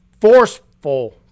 forceful